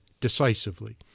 decisively